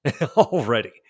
already